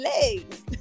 legs